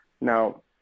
Now